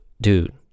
dude